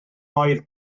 oedd